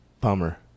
Bummer